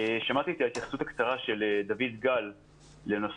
שמעתי את ההתייחסות הקצרה של דויד גל לנושא